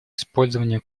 использованию